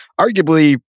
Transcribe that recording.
arguably